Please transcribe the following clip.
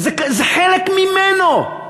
זה חלק ממנו.